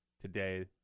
today